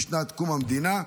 משנת קום המדינה,